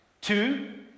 Two